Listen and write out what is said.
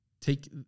take